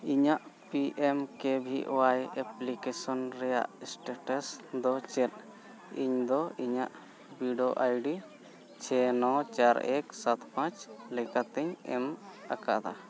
ᱤᱧᱟᱹᱜ P M K V Y application ᱨᱮᱱᱟᱜ status ᱫᱚ ᱪᱮᱫ ᱤᱧᱫᱚ ᱤᱧᱟᱹᱜ ᱵᱤᱰᱟᱹᱣ ᱟᱭᱰᱤ ᱪᱷᱮ ᱱᱚ ᱪᱟᱨ ᱮᱠ ᱥᱟᱛ ᱯᱟᱸᱪ ᱞᱮᱠᱟᱛᱤᱧ ᱮᱢ ᱟᱠᱟᱫᱟ